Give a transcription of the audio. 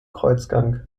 kreuzgang